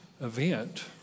event